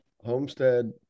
Homestead